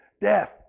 death